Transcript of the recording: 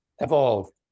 evolved